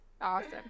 Awesome